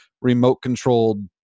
remote-controlled